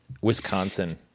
Wisconsin